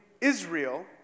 Israel